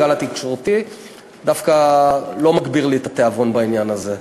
הגל התקשורתי דווקא לא מגביר לי את התיאבון בעניין הזה,